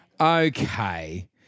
Okay